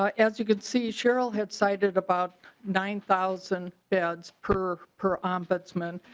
um as you can see cheryl has cited about nine thousand beds per per ombudsman.